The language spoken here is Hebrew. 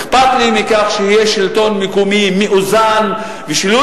אכפת לי מכך שיהיה שלטון מקומי מאוזן ושלא